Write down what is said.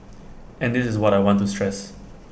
and this is what I want to stress